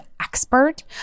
expert